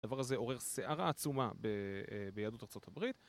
הדבר הזה עורר סערה עצומה ביהדות ארה״ב